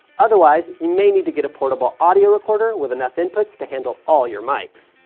otherwise, you may need to get a portable audio recorder with enough inputs to handle all your mics.